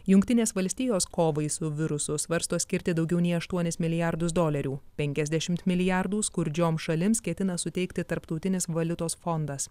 jungtinės valstijos kovai su virusu svarsto skirti daugiau nei aštuonis milijardus dolerių penkiasdešimt milijardų skurdžiom šalims ketina suteikti tarptautinis valiutos fondas